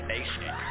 Nation